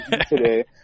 today